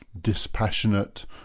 dispassionate